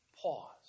Pause